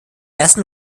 ersten